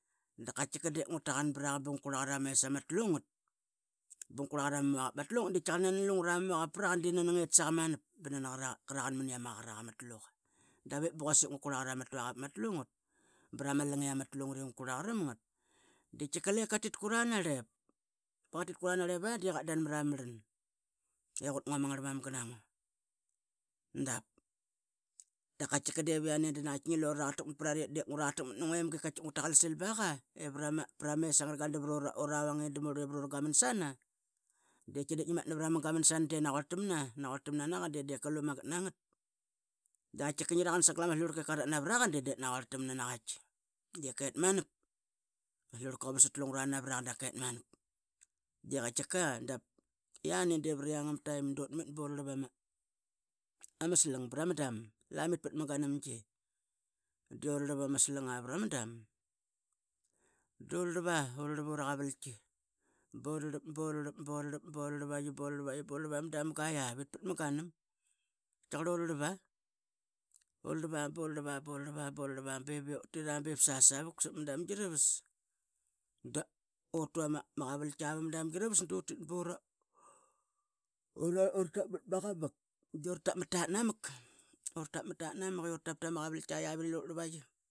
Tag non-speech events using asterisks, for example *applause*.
Da qatkiqa dip ngua taqan pra qa ba ngu qurloqa ra mes ama tlu ngat du ngu qurlaqa ra ma tuaqavap ama tlungat di raqanman I ama qaqaraka ma tlu qa. Da vep ba quasik ingau qurla qa ramr tuaqavap ama tlunggat bra ma langi ama tlungat I ngu qurla qa ramngat. Di tkiqa lep qa tit qura narlep ba qa tit qura narlep a di qa dan mara marlan ba qa tit qura narlep a di qa dan mara ma marlan I qut ngua ma ngarlmamga na ngua dap. Dap qatkiqa dip iane da naqatki ngi lu raraqataqmat prar ra ip raqataqmat nu nguemga I ngra qalsil ba qa pra mes angra garli da pru ravang I murl I pra ra gaman sana. Di tkidep ngia matna pra ma gaman sana di naquarl tamna naquarl tamna na qa di dip qlumagat nangat da tkiqa ngi roqan sogal ama Slurlqa ep qarat navraqa di dep naquarl tamna naqatki di dep qetmanap ma slurlqa qa vadsat lungra navra qa di qatkiqa. Dap iani di vra iang ama taim dutmit bu rarlap ama slang prama dam lamit pat ma ganamigi di urarlap ama slang prama dam lamit pat ma ganamgi di ararlap ama slang prama dam dur rarlap a urarlap ura qavaltki bu rarlap bu rarlap bu rarlavaiyi bu rarlavaiyi bu rarlap ama damga iavit pat ma ganam. Tkiaqarl ura rarlava bu rarlava bu rarlava bu rarlava bu rarlava bu tira bep savuq sava ma domgi ravas da utua ma qavalkia pa ma damgi ravas. Du tit bu ra *hesitation* ura tampat maqamak ura tapmat tatnamak ura tap ma qavaltkia iavit I lira urarlavaiyi.